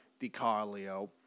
DiCarlo